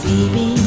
Baby